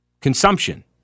consumption